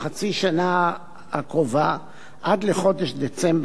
בחצי השנה הקרובה, עד לחודש דצמבר